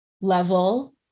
level